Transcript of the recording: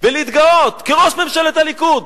כראש ממשלת הליכוד